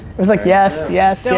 it was like, yes, yes,